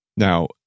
Now